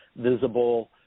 visible